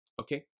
Okay